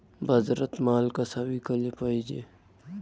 बाजारात माल कसा विकाले पायजे?